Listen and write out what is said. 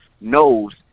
knows